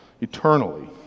eternally